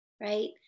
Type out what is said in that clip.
right